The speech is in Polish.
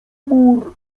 mur